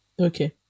Okay